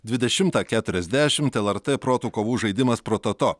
dvidešimtą keturiasdešimt lrt protų kovų žaidimas prototo